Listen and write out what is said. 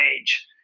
age